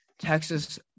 Texas